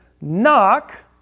knock